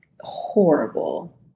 horrible